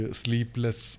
sleepless